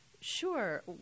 Sure